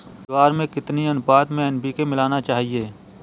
ज्वार में कितनी अनुपात में एन.पी.के मिलाना चाहिए?